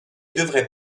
devrait